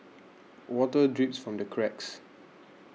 water drips from the cracks